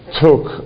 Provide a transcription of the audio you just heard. took